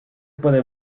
puede